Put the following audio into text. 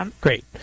great